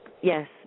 Yes